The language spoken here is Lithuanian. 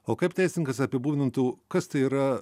o kaip teisininkas apibūdintų kas tai yra